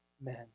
men